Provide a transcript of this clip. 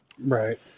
Right